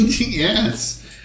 Yes